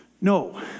No